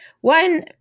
one